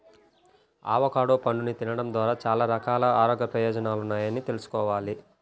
avocado పండుని తినడం ద్వారా చాలా రకాల ఆరోగ్య ప్రయోజనాలున్నాయని తెల్సుకోవాలి